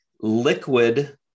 liquid